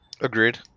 Agreed